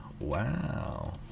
Wow